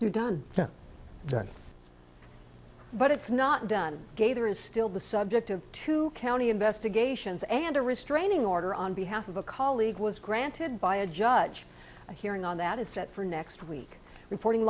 done but it's not done gaither is still the subject of two county investigations and a restraining order on behalf of a colleague was granted by a judge a hearing on that is set for next week reporting